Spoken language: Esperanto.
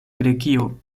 grekio